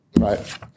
Right